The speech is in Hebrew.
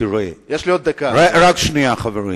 תראה, רק שנייה, חברים,